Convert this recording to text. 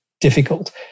difficult